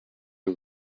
y’u